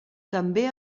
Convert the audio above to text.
també